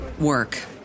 work